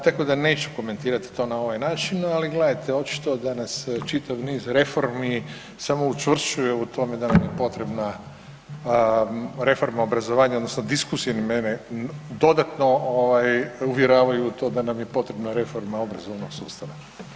Tako da neću to komentirati na ovaj način, ali gledajte očito da nas čitav niz reformi samo učvršćuje u tome da nam je potrebna reforma obrazovanja odnosno diskusija i mene dodatno ovaj uvjeravaju u to da nam je potrebna obrazovnog sustava.